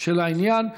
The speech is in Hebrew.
של העניין.